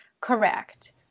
Correct